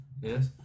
Yes